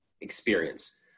experience